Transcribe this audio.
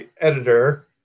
editor